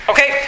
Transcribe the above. Okay